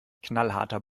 knallharter